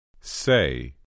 Say